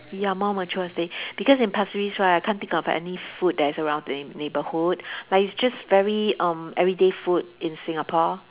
ya more mature estate because in Pasir-Ris right I can't think of any food that is around the neighbour~ neighbourhood like it's just very um everyday food in Singapore